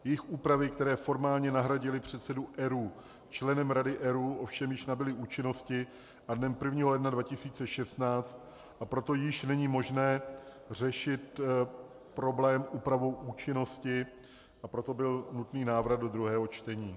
Jejich úpravy, které formálně nahradily předsedu ERÚ členem Rady ERÚ, ovšem již nabyly účinnosti dnem 1. ledna 2016, a proto již není možné řešit problém úpravou účinnosti a proto byl nutný návrat do druhého čtení.